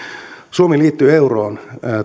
suomi liittyi euroon